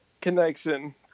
connection